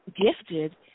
gifted